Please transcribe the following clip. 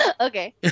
Okay